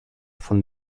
von